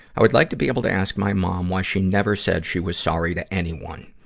i would like to be able to ask my mom why she never said she was sorry to anyone.